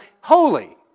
holy